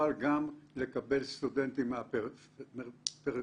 שנוכל גם לקבל סטודנטים מהפריפריה,